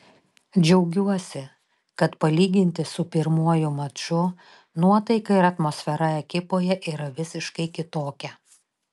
džiaugiuosi kad palyginti su pirmuoju maču nuotaika ir atmosfera ekipoje yra visiškai kitokia